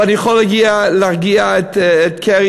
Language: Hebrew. ואני יכול להרגיע את קרי,